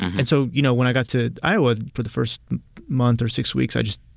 and so, you know, when i got to iowa, for the first month or six weeks, i just,